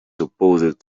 supposed